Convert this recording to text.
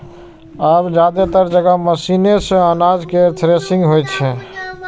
आब जादेतर जगह मशीने सं अनाज केर थ्रेसिंग होइ छै